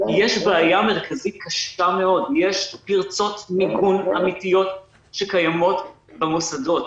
יש בעיה מרכזית קשה מאוד: יש פרצות מיגון אמיתיות שקיימות במוסדות,